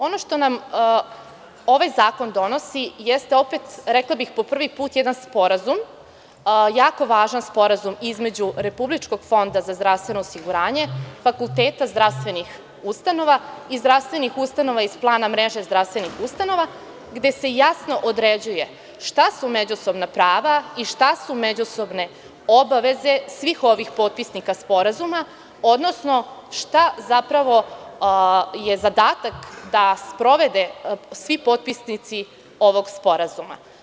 Ono što nam ovaj zakon donosi jeste opet, rekla bih po prvi put, jedan sporazum, jako važan sporazum između Republičkog fonda za zdravstveno osiguranje, Fakulteta zdravstvenih ustanova i zdravstvenih ustanova iz plana mreže zdravstvenih ustanova, gde se jasno određuje šta su međusobna prava i šta su međusobne obaveze svih ovih potpisnika sporazuma, odnosno šta je zapravo zadatak koji treba da sprovedu svi potpisnici ovog sporazuma.